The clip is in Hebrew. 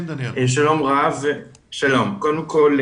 קודם כל,